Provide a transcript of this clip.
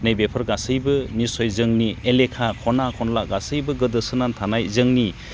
नैबेफोर गासैबो निसय जोंनि एलेखा खना खनला गासैबो गोदो सोनानै थानाय जोंनि